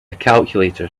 calculator